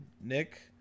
Nick